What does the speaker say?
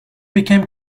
became